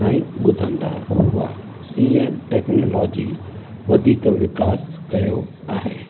ऐं ॿुधंदा हुआ ईअं टेक्नोलॉजी वधीक विकास कयो आहे